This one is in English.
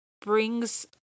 brings